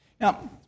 Now